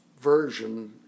version